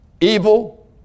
evil